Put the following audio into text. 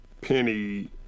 Penny